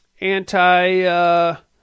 anti-